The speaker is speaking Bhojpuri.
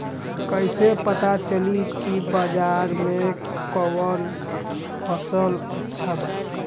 कैसे पता चली की बाजार में कवन फसल अच्छा बा?